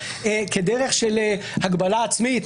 כדרך של הגבלה עצמית,